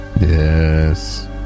Yes